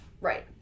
Right